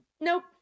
Nope